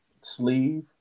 sleeve